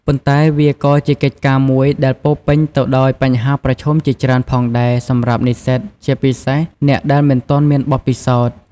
ប៉ុន្តែវាក៏ជាកិច្ចការមួយដែលពោរពេញទៅដោយបញ្ហាប្រឈមជាច្រើនផងដែរសម្រាប់និស្សិត ជាពិសេសអ្នកដែលមិនទាន់មានបទពិសោធន៍។